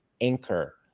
anchor